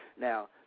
Now